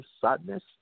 sadness